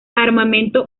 armamento